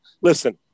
Listen